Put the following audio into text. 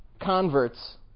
converts